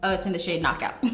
ah it's in the shade knockout.